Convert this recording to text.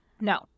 No